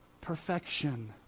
perfection